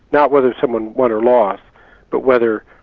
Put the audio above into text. not whether someone won or lost but whether,